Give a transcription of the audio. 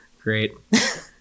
Great